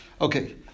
Okay